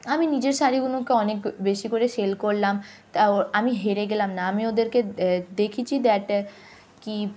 আমি নিজের শাড়িগুলোকে অনেক বেশি করে সেল করলাম তা ওর আমি হেরে গেলাম না আমি ওদেরকে দেখিয়েছি দ্যাট কি